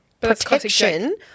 protection